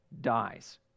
dies